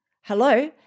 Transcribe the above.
Hello